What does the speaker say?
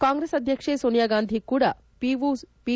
ಕಾಂಗ್ರೆಸ್ ಅಧ್ಯಕ್ಷೆ ಸೋನಿಯಾ ಗಾಂಧಿ ಕೂಡಾ ಪಿ